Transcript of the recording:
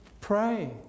pray